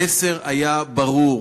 המסר היה ברור: